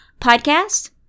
podcast